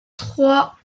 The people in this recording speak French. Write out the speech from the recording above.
trois